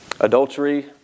Adultery